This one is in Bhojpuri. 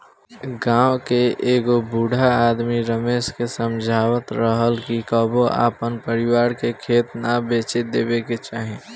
गांव के एगो बूढ़ आदमी रमेश के समझावत रहलन कि कबो आपन परिवार के खेत ना बेचे देबे के चाही